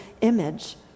image